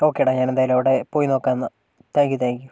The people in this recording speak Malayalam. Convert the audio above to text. ഓക്കേ ഡാ ഞാൻ എന്തായാലും അവിടെ പോയി നോക്കാം എന്നാൽ താങ്ക്യൂ താങ്ക്യൂ